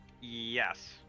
Yes